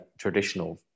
traditional